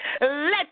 let